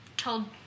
told